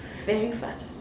very fast